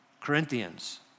Corinthians